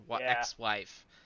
ex-wife